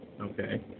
okay